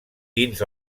dins